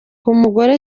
umugore